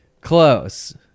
close